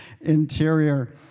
interior